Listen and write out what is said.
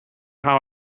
how